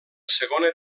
segona